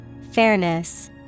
Fairness